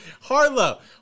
Harlow